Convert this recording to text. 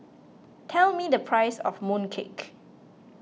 tell me the price of Mooncake